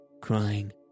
crying